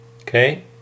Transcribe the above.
Okay